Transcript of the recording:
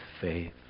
faith